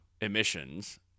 emissions